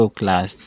class